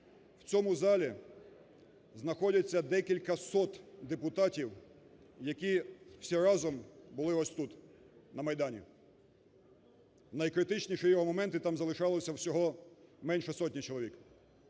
в цьому залі знаходяться декілька сот депутатів, які всі разом були ось тут, на Майдані. В найкритичніші його моменти там залишалося всього менше сотні чоловік.